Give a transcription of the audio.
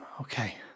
okay